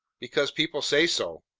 because people say so.